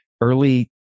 Early